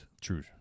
True